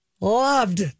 loved